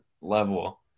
level